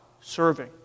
serving